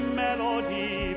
melody